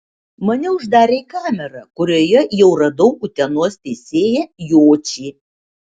mane uždarė į kamerą kurioje jau radau utenos teisėją jočį